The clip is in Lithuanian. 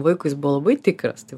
vaikui jis buvo labai tikras tai